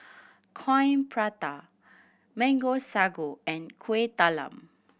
Coin Prata Mango Sago and Kueh Talam